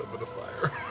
the fire.